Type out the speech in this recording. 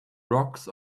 rocks